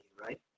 right